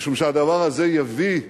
משום שהדבר הזה יביא,